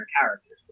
characters